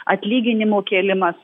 atlyginimų kėlimas